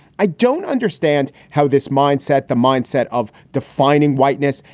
i don't understand how this mindset, the mindset of defining whiteness.